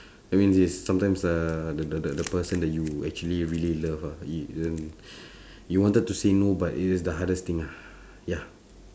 I mean yes sometimes uh the the the the person that you actually really love ah you you wanted to say no but it's the hardest thing ah ya